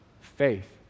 Faith